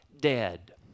dead